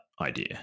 idea